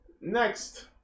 Next